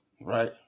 right